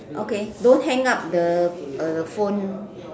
okay don't hang up the uh the phone